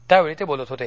त्यावेळी ते बोलत होते